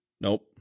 Nope